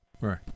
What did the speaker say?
Right